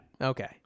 Okay